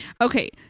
Okay